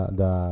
da